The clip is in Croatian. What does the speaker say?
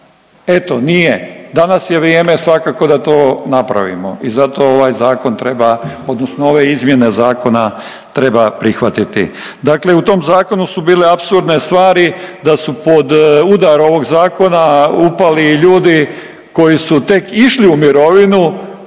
Eto, nije, danas je vrijeme svakako da to napravimo i zato ovaj Zakon treba, odnosno ove izmjene zakona treba prihvatiti. Dakle u tom Zakonu su bile apsurdne stvari, da su pod udarom ovog Zakona upali i ljudi koji su tek išli u mirovinu